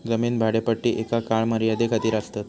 जमीन भाडेपट्टी एका काळ मर्यादे खातीर आसतात